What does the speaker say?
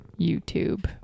YouTube